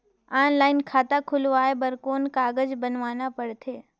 Online खाता खुलवाय बर कौन कागज बनवाना पड़थे?